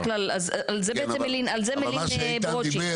בדרך כלל, על זה בעצם מלין, על זה מלין ברושי.